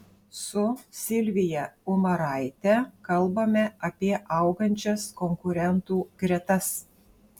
su silvija umaraite kalbame apie augančias konkurentų gretas